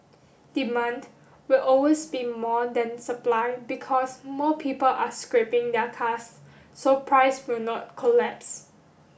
demand will always be more than supply because more people are scrapping their cars so price will not collapse